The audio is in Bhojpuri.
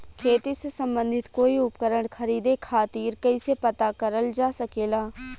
खेती से सम्बन्धित कोई उपकरण खरीदे खातीर कइसे पता करल जा सकेला?